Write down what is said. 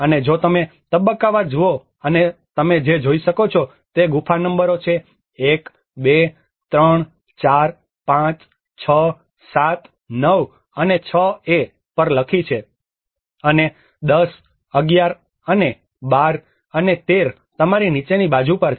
અને જો તમે તબક્કાવાર જુઓ અને તમે જે અહીં જોઈ શકો છો તે ગુફા નંબરો છે જે 1 2 3 4 5 6 7 9 અને 6a પર લખી છે અને 10 11 અને 12 અને 13 તમારી નીચેની બાજુ પર છે